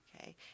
okay